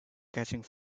catching